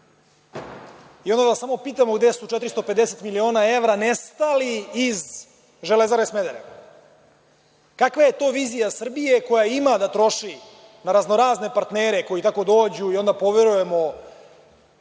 Onda vas samo pitamo gde su 450 miliona evra nestali iz „Železare Smederevo“?Kakva je to vizija Srbije koja ima da troši za raznorazne partnere koji tako dođu i onda poverujemo